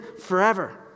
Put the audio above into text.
forever